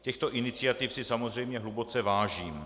Těchto iniciativ si samozřejmě hluboce vážím.